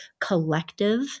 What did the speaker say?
collective